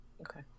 okay